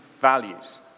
values